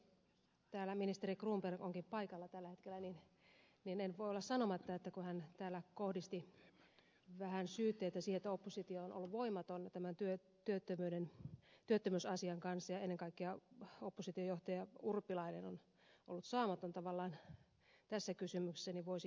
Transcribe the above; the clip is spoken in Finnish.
kun täällä ministeri cronberg onkin paikalla tällä hetkellä niin en voi olla sanomatta siitä kun hän täällä kohdisti oppositioon vähän sellaisia syytteitä että oppositio on ollut voimaton työttömyysasian kanssa ja ennen kaikkea oppositiojohtaja urpilainen on ollut saamaton tavallaan tässä kysymyksessä